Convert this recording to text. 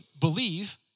believe